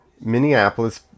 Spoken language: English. Minneapolis